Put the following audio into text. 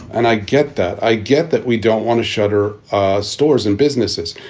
and i get that. i get that. we don't want to shutter ah stores and businesses.